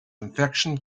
infection